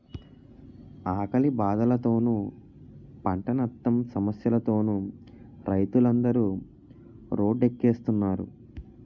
ఆకలి బాధలతోనూ, పంటనట్టం సమస్యలతోనూ రైతులందరు రోడ్డెక్కుస్తున్నారు